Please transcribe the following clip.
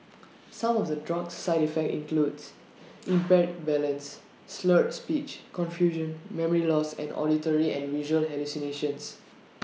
some of the drug's side effects include impaired balance slurred speech confusion memory loss and auditory and visual hallucinations